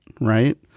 right